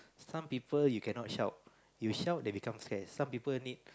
some people you cannot shout you shout they become scared some people need